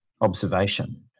observation